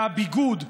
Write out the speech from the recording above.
והביגוד,